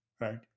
right